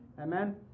Amen